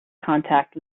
contact